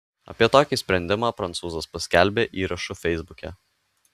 apie tokį sprendimą prancūzas paskelbė įrašu feisbuke